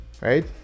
right